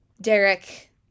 Derek